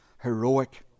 heroic